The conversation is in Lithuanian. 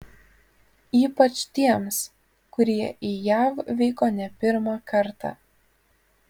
ypač tiems kurie į jav vyko ne pirmą kartą